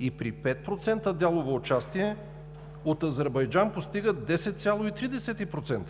и при 5% дялово участие от Азербайджан, постигат 10,3%.